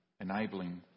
enabling